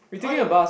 all the way